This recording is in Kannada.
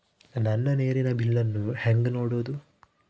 ನನ್ನ ನೇರಿನ ಬಿಲ್ಲನ್ನು ಹೆಂಗ ನೋಡದು?